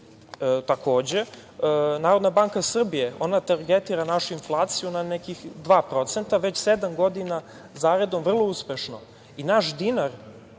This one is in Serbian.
Takođe, Narodna banka Srbije targetira našu inflaciju na nekih 2% već sedam godina zaredom, vrlo uspešno. I naš dinar,